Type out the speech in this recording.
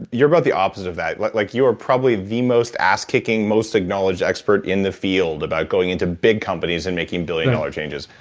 you're about the opposite of that. like like you are probably the most ass-kicking, most acknowledged expert in the field about going into big companies and making billion dollar changes.